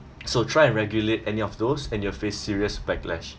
so try and regulate any of those and you'll face serious backlash